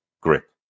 grip